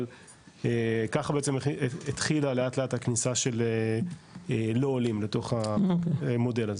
אבל ככה בעצם התחילה לאט-לאט הכניסה של לא עולים לתוך המודל הזה.